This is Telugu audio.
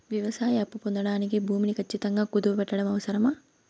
వ్యవసాయ అప్పు పొందడానికి భూమిని ఖచ్చితంగా కుదువు పెట్టడం అవసరమా?